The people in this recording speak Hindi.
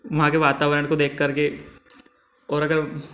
वहाँ के वातावरण को देखकर के और अगर